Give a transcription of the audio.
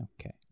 Okay